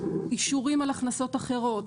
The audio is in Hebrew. אישורים על הכנסות אחרות,